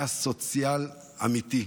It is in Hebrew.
היה סוציאלי אמיתי.